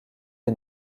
est